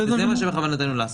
זה מה שבכוונתנו לעשות.